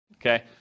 Okay